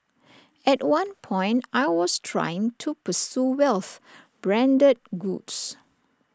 at one point I was trying to pursue wealth branded goods